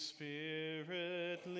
Spirit